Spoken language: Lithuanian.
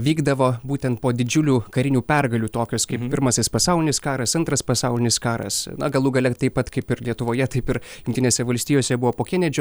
vykdavo būtent po didžiulių karinių pergalių tokios kaip pirmasis pasaulinis karas antras pasaulinis karas na galų gale taip pat kaip ir lietuvoje taip ir jungtinėse valstijose buvo po kenedžio